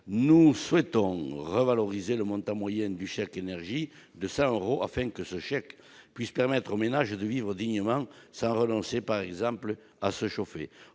nous souhaitons revaloriser le montant moyen du chèque énergie de 100 euros, afin que celui-ci permette aux ménages de vivre dignement sans renoncer par exemple à se chauffer.